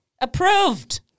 Approved